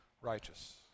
righteous